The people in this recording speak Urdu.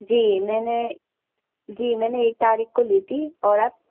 جی میں نے جی میں نے ایک تاریخ کو لی تھی اور اب